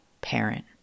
parent